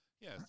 yes